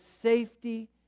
safety